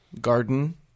Garden